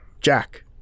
Jack